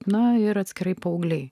na ir atskirai paaugliai